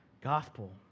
gospel